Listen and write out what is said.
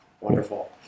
wonderful